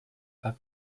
как